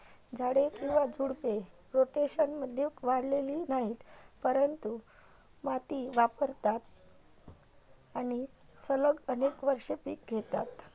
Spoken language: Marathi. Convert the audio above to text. झाडे किंवा झुडपे, रोटेशनमध्ये वाढलेली नाहीत, परंतु माती व्यापतात आणि सलग अनेक वर्षे पिके घेतात